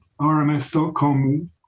RMS.com